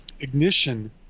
ignition